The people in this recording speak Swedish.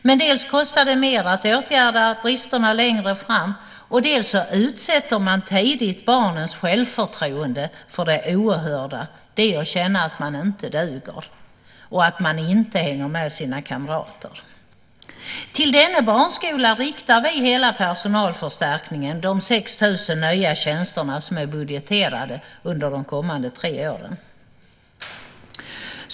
Men dels kostar det mer att åtgärda bristerna längre fram, dels utsätter man tidigt barnens självförtroende för det oerhörda som handlar om att känna att man inte duger och att man inte hänger med sina kamrater. Till denna barnskola riktar vi hela personalförstärkningen, de 6 000 nya tjänsterna, som är budgeterade under de kommande tre åren.